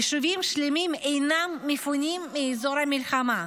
יישובים שלמים אינם מפונים מאזור המלחמה,